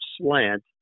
slant